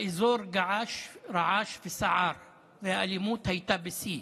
האזור געש, רעש וסער והאלימות הייתה בשיא.